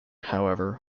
however